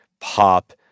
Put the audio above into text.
pop